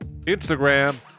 instagram